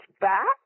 back